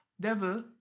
devil